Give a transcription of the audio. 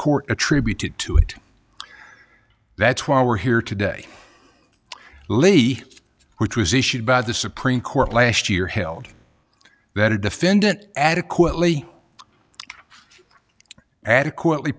court attributed to it that's why we're here today lee which was issued by the supreme court last year held that a defendant adequately adequately